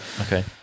Okay